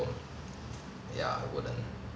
ya I wouldn't